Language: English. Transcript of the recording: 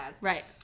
Right